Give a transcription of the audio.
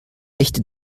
echte